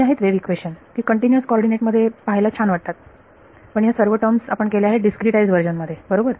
ही आहेत wave equation की continuous coordinate मध्ये पाहायला छान वाटतात पण या सर्व टर्म्स आपण केल्या आहेत डीस्क्रीटाईज वर्जन मध्ये बरोबर